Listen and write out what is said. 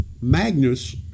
Magnus